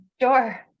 Sure